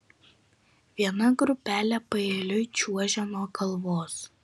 viena grupelė paeiliui čiuožė nuo kalvos